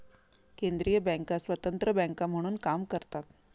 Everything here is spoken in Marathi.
केंद्रीय बँका स्वतंत्र बँका म्हणून काम करतात